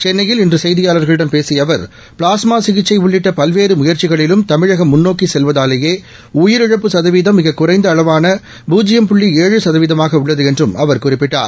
சென்னையில் இன்று செய்தியாளர்களிடம் பேசிய அவர் பிளாஸ்மா சிகிச்சை உள்ளிட்ட பல்வேறு முயற்சிகளிலும் தமிழகம் முன்னோக்கி செல்வதாலேயே உயிரிழப்பு சுதவீதம் மிக குறைந்த அளவாள பூஜ்ஜியம் புள்ளி ஏழு சதவீதமாக உள்ளது என்றும் அவர் குறிப்பிட்டார்